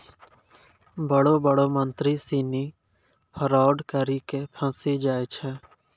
बड़ो बड़ो मंत्री सिनी फरौड करी के फंसी जाय छै